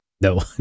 no